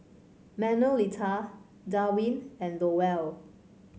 Manuelita Darwin and Lowell